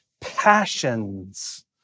passions